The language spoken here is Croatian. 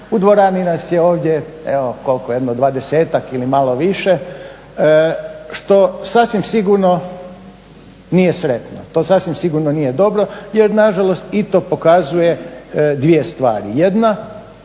U dvorani nas je ovdje evo koliko jedno 20-ak ili malo više što sasvim sigurno nije sretno. To sasvim sigurno nije dobro jer nažalost i to pokazuje dvije stvari. Jedna,